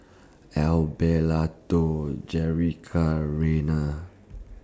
Abelardo Jerrica Reina